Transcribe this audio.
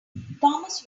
thomas